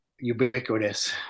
ubiquitous